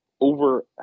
over